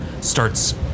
starts